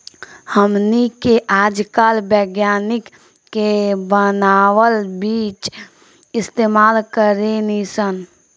हमनी के आजकल विज्ञानिक के बानावल बीज इस्तेमाल करेनी सन